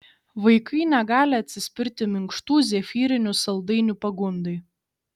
vaikai negali atsispirti minkštų zefyrinių saldainių pagundai